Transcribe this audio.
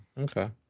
Okay